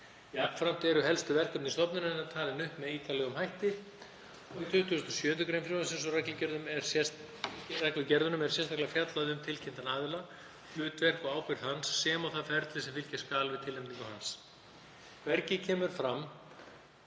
Jafnframt eru helstu verkefni stofnunarinnar talin upp með ítarlegum hætti. Í 27. gr. frumvarpsins og reglugerðunum er sérstaklega fjallað um tilkynntan aðila, hlutverk og ábyrgð hans sem og það ferli sem fylgja skal við tilnefningu hans. Hvergi kemur fram